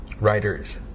writers